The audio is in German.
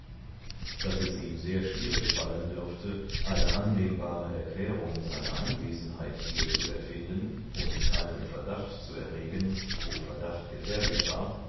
daß es ihm sehr schwierig fallen dürfte eine annehmbare erklärung seiner anwesenheit hier zu erfinden und keinen verdacht zu erregen wo verdacht gefährlich war